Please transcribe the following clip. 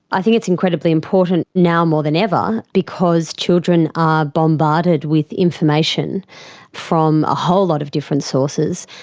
i think it's incredibly important now more than ever because children are bombarded with information from a whole lot of different sources,